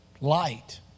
Light